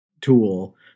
tool